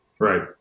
Right